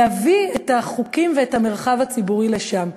להביא את החוקים ואת המרחב הציבורי לשם,